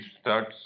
starts